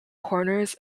corners